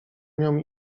nią